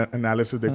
analysis